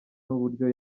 n’uburyo